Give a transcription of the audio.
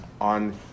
on